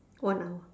one hour